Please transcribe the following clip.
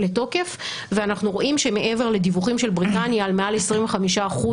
ואנחנו רואים שמעבר לדיווחים של בריטניה על מעל 25%